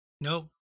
Nope